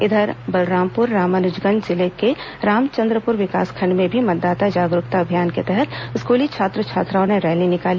इधर बलरामपुर रामानुजगंज जिले के रामचन्द्रपुर विकासखण्ड में भी मतदाता जागरुकता अभियान के तहत स्कूली छात्र छात्राओं ने रैली निकली